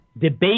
debate